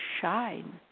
shine